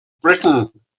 Britain